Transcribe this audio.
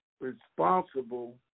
responsible